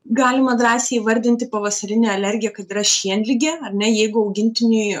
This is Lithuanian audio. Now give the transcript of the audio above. galima drąsiai įvardinti pavasarine alergija kad yra šienligė ar ne jeigu augintiniui